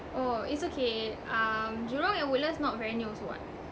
oh it's okay um jurong and woodlands not very near also [what]